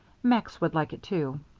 max would like it, too.